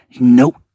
nope